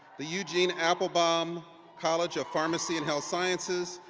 the eugene applebaum college of pharmacy and health sciences,